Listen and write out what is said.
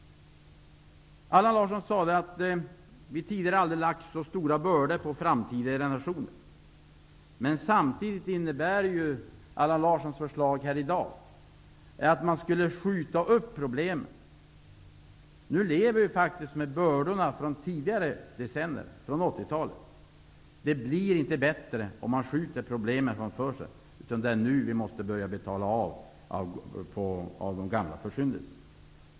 Allan Larsson sade att vi aldrig tidigare lagt så stora bördor på framtida generationer. Men samtidigt innebär Allan Larssons förslag här i dag att man skall skjuta upp problemen. Nu lever vi med bördorna från tidigare decennier, från 80-talet. Det blir inte bättre om man skjuter problemen framför sig. Det är nu vi måste betala av på de gamla försyndelserna.